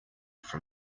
from